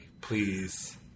please